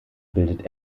bildet